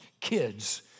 kids